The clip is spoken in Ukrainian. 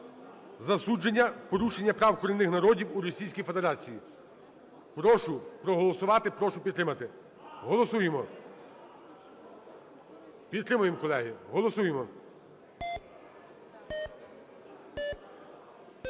засудження порушення прав корінних народів у Російській Федерації. Прошу проголосувати, прошу підтримати. Голосуємо. Підтримаємо, колеги, голосуємо.